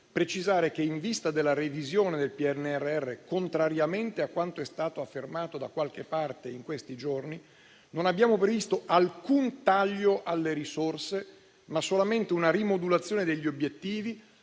precisare che, in vista della revisione del PNRR, contrariamente a quanto è stato affermato da qualche parte in questi giorni, non abbiamo previsto alcun taglio alle risorse, ma solamente una rimodulazione degli obiettivi,